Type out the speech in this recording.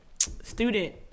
student